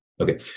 Okay